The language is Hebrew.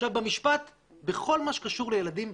עכשיו במשפט בכל מה שקשור לילדים,